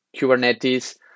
Kubernetes